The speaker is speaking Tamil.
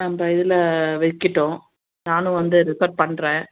நம்ம இதில் வைக்கிட்டும் நானும் வந்து ரெஃபர் பண்ணுறேன்